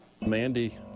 Mandy